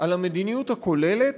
על המדיניות הכוללת,